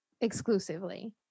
exclusively